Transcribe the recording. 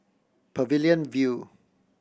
Pavilion View